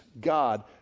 God